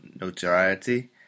notoriety